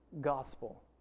gospel